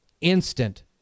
Instant